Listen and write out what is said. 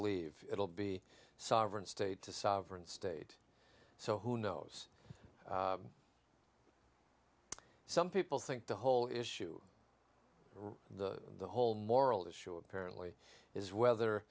leave it'll be a sovereign state to sovereign state so who knows some people think the whole issue the whole moral issue apparently is whether